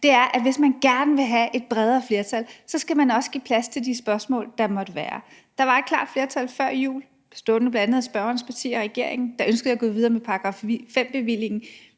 er, at hvis man gerne vil have et bredere flertal, så skal man også give plads til de spørgsmål, der måtte være. Der var et klart flertal før jul bestående af bl.a. spørgerens parti og regeringen, der ønskede at gå videre med § 5-bevillingen,